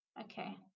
okay